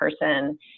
person